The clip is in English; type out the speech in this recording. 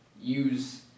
use